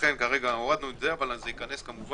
לכן כרגע הורדנו את זה, אבל זה ייכנס במסלול